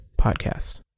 podcast